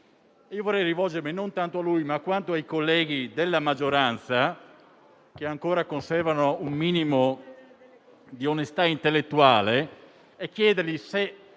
Vorrei rivolgermi non tanto a lui, quanto ai colleghi della maggioranza che ancora conservano un minimo di onestà intellettuale, chiedendo loro